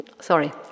sorry